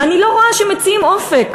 ואני לא רואה שמציעים אופק,